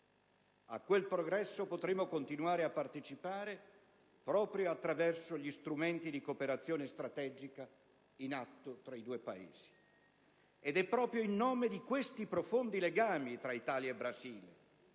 a quel progresso potremo continuare a partecipare proprio attraverso gli strumenti di cooperazione strategica in atto tra i due Paesi. È proprio in nome di questi profondi legami tra Italia e Brasile